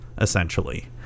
essentially